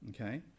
Okay